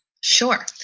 Sure